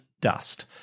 dust